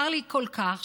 צר לי כל כך,